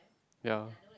ya